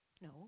No